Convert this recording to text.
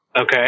Okay